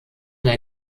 der